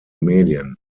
medien